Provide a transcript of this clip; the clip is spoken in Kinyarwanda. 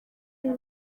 ibi